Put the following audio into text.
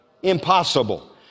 Impossible